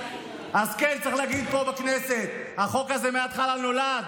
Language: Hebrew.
אז כן, צריך להגיד פה בכנסת: החוק הזה מהתחלה נולד